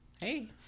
Hey